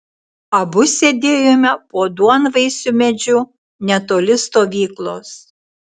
abu sėdėjome po duonvaisiu medžiu netoli stovyklos